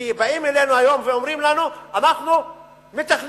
כי באים אלינו היום ואומרים לנו: אנחנו מתכננים.